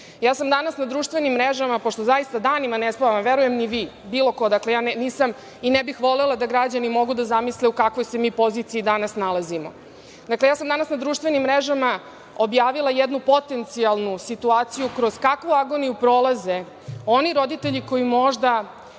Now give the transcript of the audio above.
sam na društvenim mrežama, pošto zaista danima ne spavam, verujem ni vi, bilo ko, dakle, ja nisam i ne bih volela da građani mogu da zamisle u kakvoj se mi poziciji danas nalazimo, dakle, ja sam danas na društvenim mrežama objavila jednu potencijalnu situaciju, kroz kakvu agoniju prolaze oni roditelji koji su možda